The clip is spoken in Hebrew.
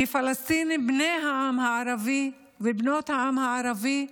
כפלסטינים בני העם הערבי ובנות העם ערבי,